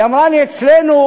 היא אמרה לי: אצלנו,